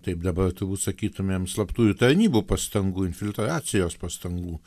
taip dabar turbūt sakytumėm slaptųjų tarnybų pastangų infiltracijos pastangų